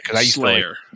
Slayer